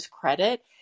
credit